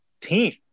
team